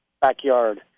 backyard